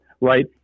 right